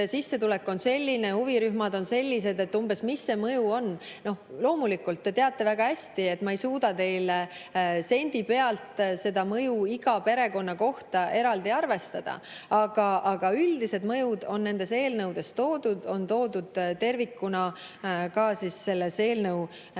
sissetulek on selline, huvirühmad on sellised, siis mis see mõju umbes on. Loomulikult te teate väga hästi, et ma ei suuda teile sendi pealt seda mõju iga perekonna kohta eraldi arvestada. Aga üldised mõjud on nendes eelnõudes toodud, on toodud tervikuna ka selles eelnõu